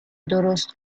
درست